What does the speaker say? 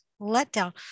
letdown